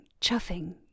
chuffing